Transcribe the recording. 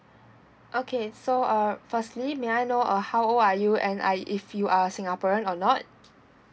okay so uh firstly may I know uh how old are you and uh if you are a singaporean or not